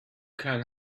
can